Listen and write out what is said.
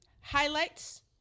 highlights